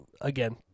again